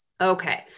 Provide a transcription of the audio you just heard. Okay